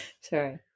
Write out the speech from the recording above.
Sorry